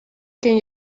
kinne